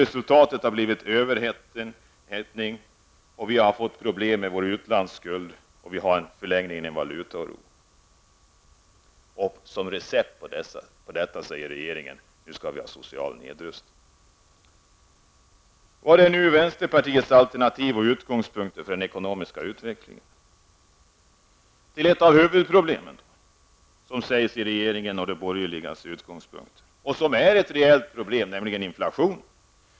Resultatet har blivit överhettning och problem med vår utlandsskuld och i förlängningen valutaoro. Regeringens recept på detta är en social nedrustning. Vilka är nu vänsterpartiets alternativ och utgångspunkter för den ekonomiska utvecklingen? Ett av huvudproblemen, som också regeringen och de borgerliga partierna säger är ett reellt problem, är inflationen.